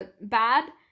bad